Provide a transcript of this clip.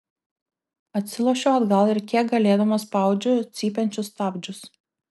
atsilošiu atgal ir kiek galėdama spaudžiu cypiančius stabdžius